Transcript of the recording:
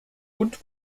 und